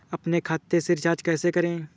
अपने खाते से रिचार्ज कैसे करें?